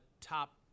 top